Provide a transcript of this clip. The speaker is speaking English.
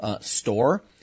store